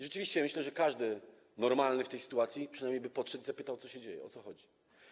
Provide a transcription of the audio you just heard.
Rzeczywiście myślę, że każdy normalny w tej sytuacji przynajmniej by podszedł i zapytał, co się dzieje, o co chodzi.